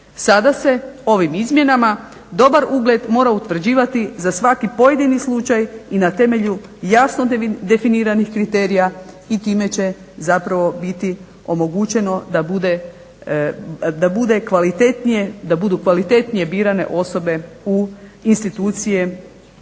Sada se ovim izmjenama dobar ugled mora utvrđivati za svaki pojedini slučaj i na temelju jasno definiranih kriterija i time će zapravo biti omogućeno da bude kvalitetnije, da budu kvalitetnije